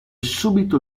subito